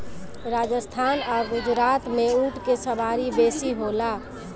राजस्थान आ गुजरात में ऊँट के सवारी बेसी होला